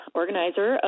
organizer